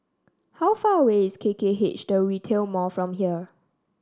how far away is K K H The Retail Mall from here